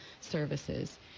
Services